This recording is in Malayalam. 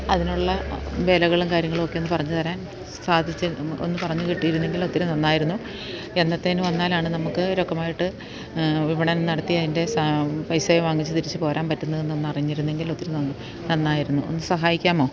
അതിനൊള്ള വിലകളും കാര്യങ്ങളും ഒക്കെ ഒന്ന് പറഞ്ഞു തരാൻ സാധിച്ച് ഒന്ന് പറഞ്ഞ് കിട്ടിയിരുന്നെങ്കിൽ ഒത്തിരി നന്നായിരുന്നു എന്നത്തേന് വന്നാലാണ് നമുക്ക് രൊക്കമായിട്ട് വിപണന നടത്തി അതിൻ്റെ പൈസയും വാങ്ങിച്ച് തിരിച്ച് പോരാൻ പറ്റുന്നതെന്നൊന്ന് അറിഞ്ഞിരുന്നെങ്കിൽ ഒത്തിരി നന്നായിരുന്നു ഒന്ന് സഹായിക്കാമോ